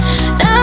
Now